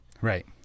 Right